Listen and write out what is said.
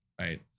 right